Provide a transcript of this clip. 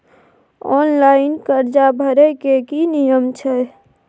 Online कर्जा भरै के की नियम छै?